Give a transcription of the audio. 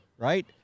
right